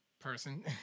person